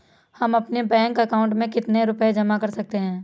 हम अपने bank account में कितने रुपये जमा कर सकते हैं?